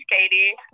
Katie